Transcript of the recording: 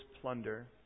plunder